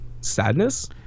sadness